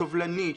סובלנית,